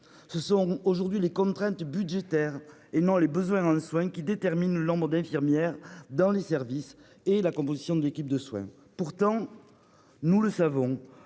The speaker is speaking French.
Ce sont à l'heure actuelle les contraintes budgétaires et non les besoins en soins qui déterminent le nombre d'infirmières dans les services et la composition de l'équipe de soins. Pourtant, nous le savons,